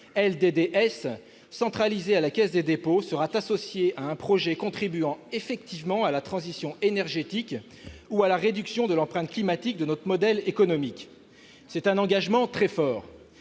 LDDS -centralisé à la Caisse des dépôts sera[it] associé à un projet contribuant effectivement à la transition énergétique ou à la réduction de l'empreinte climatique de notre modèle économique ». C'est un engagement très fort.